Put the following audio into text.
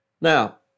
Now